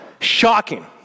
shocking